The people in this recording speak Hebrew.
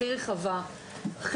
הכי רחבה,